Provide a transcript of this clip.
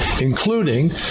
including